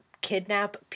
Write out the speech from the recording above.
kidnap